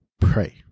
pray